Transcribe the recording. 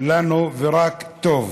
ורק טוב.